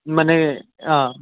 মানে অঁ